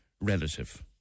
relative